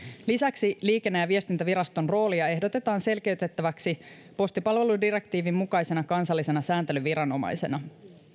lisäksi liikenne ja viestintäviraston roolia ehdotetaan selkeytettäväksi postipalveludirektiivin mukaisena kansallisena sääntelyviranomaisena